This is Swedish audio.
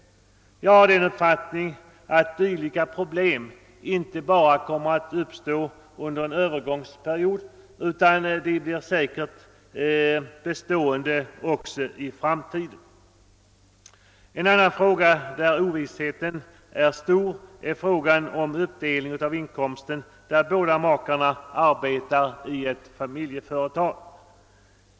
Jag har den uppfattningen att dylika problem inte bara kommer att uppstå under en övergångsperiod, utan de blir säkert bestående. Ovissheten är stor också när det gäller uppdelningen av inkomsten i sådana fall då båda makarna arbetar i ett familjeföretag.